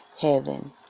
heaven